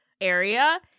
area